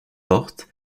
portes